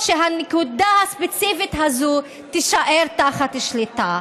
שהנקודה הספציפית הזו תישאר תחת שליטה.